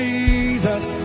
Jesus